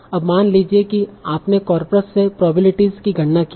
अब मान लीजिए कि आपने कार्पस से प्रोबेबिलिटीस की गणना की है